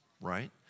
right